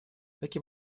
таким